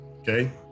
Okay